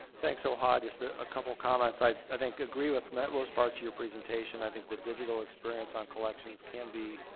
thanks, ohad, just a a couple of comments. i, i think, agree, with the most part, to your presentation. i think the digital experience on collections can be,